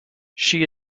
she